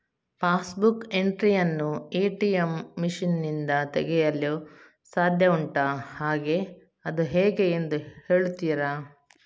Pass book entry ಯನ್ನು ATM machine ನಿಂದ ತೆಗೆಯಲು ಸಾಧ್ಯ ಉಂಟಾ ಹಾಗೆ ಅದು ಹೇಗೆ ಎಂದು ಹೇಳುತ್ತೀರಾ?